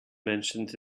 mentioned